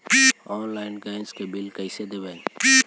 Online gas के bill कैसे देबै?